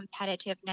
competitiveness